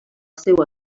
seu